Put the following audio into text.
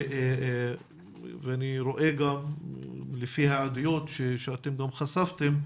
ואני רואה גם לפי הדיון שאתם גם חשפתם,